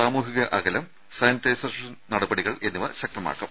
സാമൂഹിക അകലം സാനിറ്റൈസേഷൻ നടപടികൾ എന്നിവ ശക്തമാക്കും